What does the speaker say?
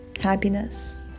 happiness